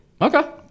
Okay